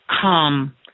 come